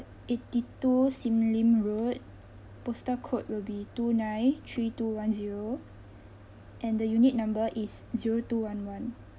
eighty two sim lim road postal code will be two nine three two one zero and the unit number is zero two one one